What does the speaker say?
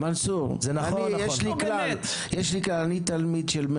יש לנו מיזמים מדהימים בערד ובדימונה של תעסוקה